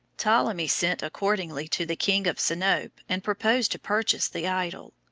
ptolemy sent accordingly to the king of sinope and proposed to purchase the idol.